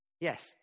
Yes